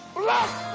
bless